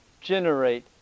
generate